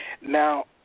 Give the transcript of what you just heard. Now